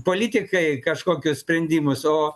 politikai kažkokius sprendimus o